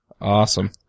Awesome